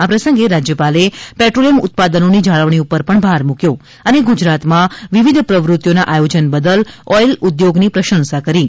આ પ્રસંગે રાજ્યપાલે પેટ્રોલિયમ ઉત્પાદનોની જાળવણી પર ભાર મૂક્યો હતો અને ગુજરાતમાં વિવિધ પ્રવૃત્તિઓના આયોજન બદલ ઓઈલ ઉદ્યોગની પ્રશંસા કરી હતી